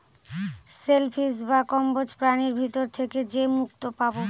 shell fish বা কম্বোজ প্রাণীর ভিতর থেকে যে মুক্তো পাবো